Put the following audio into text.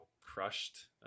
crushed